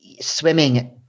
swimming